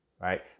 right